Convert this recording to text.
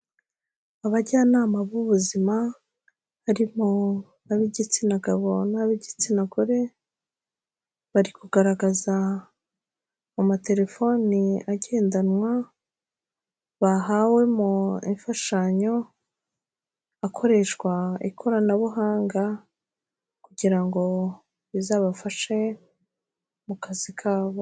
Abajyanama b'ubuzima, harimo ab'igitsina gabo n'ab'igitsina gore, bari kugaragaza amatelefone agendanwa, bahawe mu mfashanyo, akoreshwa ikoranabuhanga kugira ngo bizabafashe mu kazi kabo.